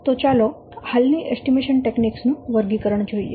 તો ચાલો હાલની એસ્ટીમેશન ટેકનીક્સ નું વર્ગીકરણ જોઈએ